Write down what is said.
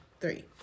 three